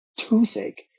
toothache